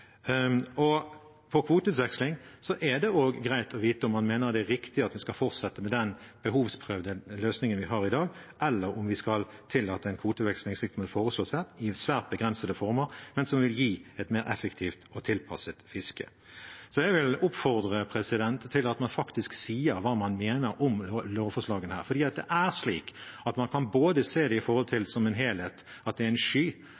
Og når det gjelder kvoteutveksling, er det greit å vite om man mener det er riktig at man skal fortsette med den behovsprøvde løsningen vi har i dag, eller om vi skal tillate en kvoteutveksling slik som det er foreslått her, i svært begrensede former, men som vil gi et mer effektivt og tilpasset fiske. Jeg vil oppfordre til at man sier hva man mener om lovforslagene her, for man kan se det som en helhet, at det er en sky, og at det bare kan